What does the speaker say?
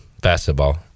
basketball